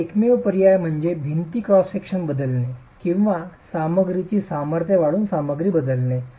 आपले एकमेव पर्याय म्हणजे भिंती क्रॉस सेक्शन बदलणे किंवा सामग्रीची सामर्थ्य वाढवून सामग्री बदलणे